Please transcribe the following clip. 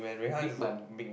a big man